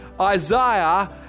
Isaiah